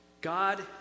God